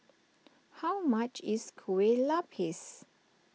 how much is Kue Lupis